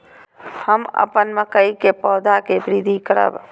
हम अपन मकई के पौधा के वृद्धि करब?